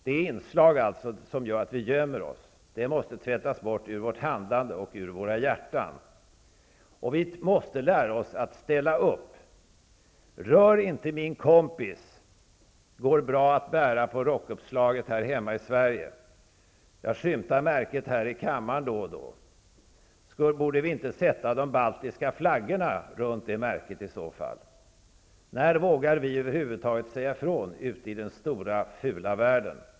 Det inslag som gör att vi gömmer oss måste tvättas bort ur vårt handlande och ur våra hjärtan. Vi måste också lära oss att ställa upp. Märket ''rör inte min kompis'' går bra att bära på rockuppslaget här hemma i Sverige. Jag skymtar märket här i kammaren då och då. Borde vi inte sätta de baltiska flaggorna runt det märket i så fall? När kommer vi över huvud taget att våga säga ifrån ute i den stora fula världen?